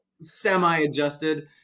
semi-adjusted